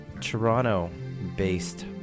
Toronto-based